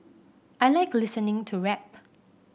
I like listening to rap